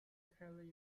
carley